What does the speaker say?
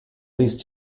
these